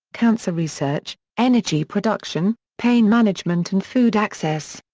cancer research, energy production, pain management and food access.